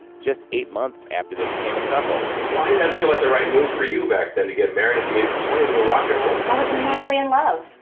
just eight months after they became a couple. why did that feel like the right move for you back then to get married at the age of twenty to a rock n roll star? i was madly in love.